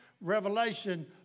revelation